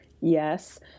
yes